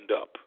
up